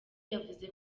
yavuze